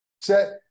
set